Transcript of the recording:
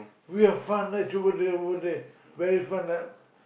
we have fun like to go the over there very fun like